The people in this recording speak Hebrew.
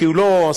כי הוא לא עשה,